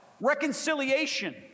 Reconciliation